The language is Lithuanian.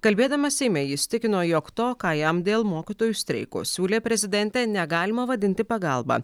kalbėdamas seime jis tikino jog to ką jam dėl mokytojų streiko siūlė prezidentė negalima vadinti pagalba